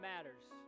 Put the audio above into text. matters